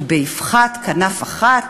ובאבחת כנף אחת,